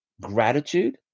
gratitude